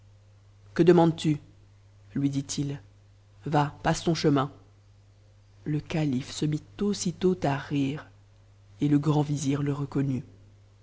que demandes-tu lui dit-il va passe ton chemin le cam se mit aussitôt à rire et le grand vizir le reconnut